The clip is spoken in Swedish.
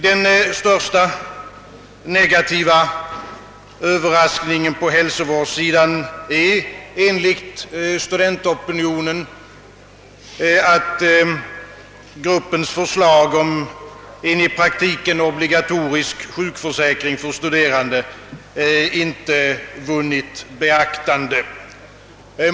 Den största negativa överraskningen på hälsovårdssidan är enligt studentopinionen, att gruppens förslag om en i praktiken obligatorisk sjukförsäkring för studerande inte vunnit beaktande.